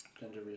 Gender